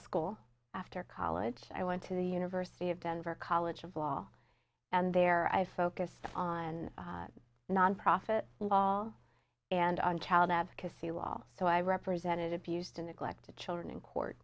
school after college i went to the university of denver college of law and there i focused on nonprofit law and on child advocacy law so i represented abused and neglected children in court